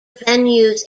venues